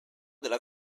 della